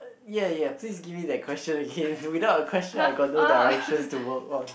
ya ya please give me that question again without a question I got no direction to move on